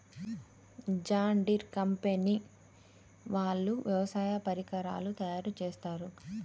John Deere company వాళ్ళు వ్యవసాయ పరికరాలు తయారుచేస్తారు